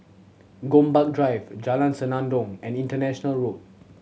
Gombak Drive Jalan Senandong and International Road